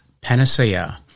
panacea